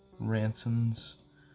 Ransom's